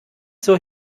zur